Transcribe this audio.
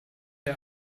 der